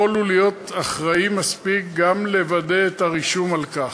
יכול הוא להיות אחראי מספיק גם לוודא את הרישום על כך.